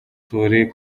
turi